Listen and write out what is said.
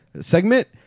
segment